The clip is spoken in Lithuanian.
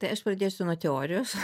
tai aš pradėsiu nuo teorijos